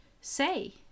say